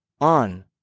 on